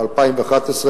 ב-2011,